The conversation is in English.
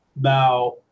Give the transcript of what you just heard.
Now